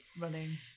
running